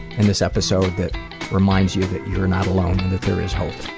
in this episode that reminds you that you're not alone and that there is hope.